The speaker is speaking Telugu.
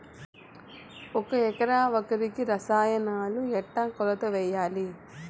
ఒక ఎకరా వరికి రసాయనాలు ఎట్లా కొలత వేయాలి?